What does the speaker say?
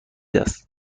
است